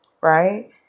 right